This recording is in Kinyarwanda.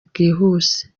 bwihuse